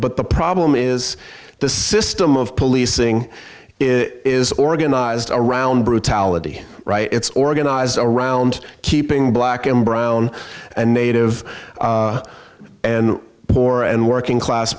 but the problem is the system of policing is organized around brutality right it's organized around keeping black and brown and native and poor and working class